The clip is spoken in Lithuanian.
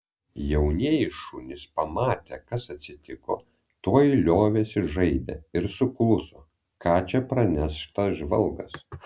jaunieji šunys pamatę kas atsitiko tuoj liovėsi žaidę ir sukluso ką čia praneš tas žvalgas